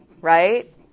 right